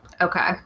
Okay